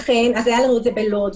היה לנו את זה בלוד,